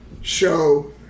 show